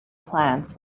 plants